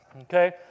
Okay